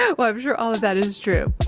yeah well, i'm sure all of that is true.